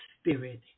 spirit